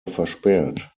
versperrt